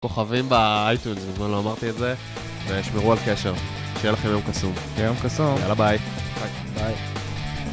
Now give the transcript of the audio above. כוכבים בitunes מזמן לא אמרתי את זה ושמרו על קשר שיהיה לכם יום קסום, שיהיה יום קסום, יאללה ביי.